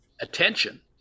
attention